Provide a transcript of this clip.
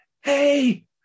hey